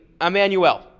Emmanuel